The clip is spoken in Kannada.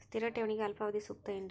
ಸ್ಥಿರ ಠೇವಣಿಗೆ ಅಲ್ಪಾವಧಿ ಸೂಕ್ತ ಏನ್ರಿ?